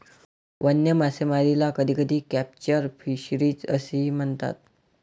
वन्य मासेमारीला कधीकधी कॅप्चर फिशरीज असेही म्हणतात